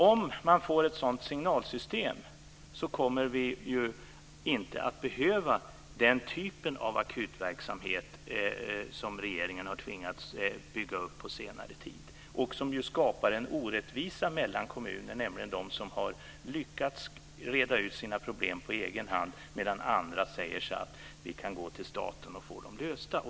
Om man får ett sådant signalsystem kommer vi inte att behöva den typ av akutverksamhet som regeringen har tvingats bygga upp på senare tid och som skapar en orättvisa mellan kommuner, nämligen de som har lyckats reda ut sina problem på egen hand och de som säger att de kan gå till staten och få dem lösta.